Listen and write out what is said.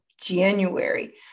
January